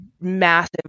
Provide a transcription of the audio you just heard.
massive